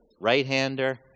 Right-hander